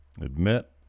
Admit